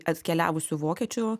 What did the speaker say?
atkeliavusių vokiečių